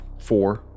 four